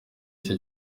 cye